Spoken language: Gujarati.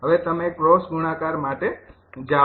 હવે તમે ક્રોસ ગુણાકાર માટે જાઓ